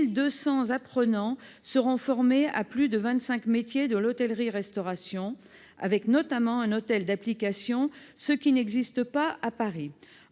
1 200 apprenants seront formés à plus de 25 métiers de l'hôtellerie-restauration, avec notamment un hôtel d'application, ce qui n'existe pas à Paris.